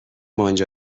انجا